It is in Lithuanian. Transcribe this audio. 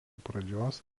pradžios